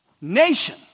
nation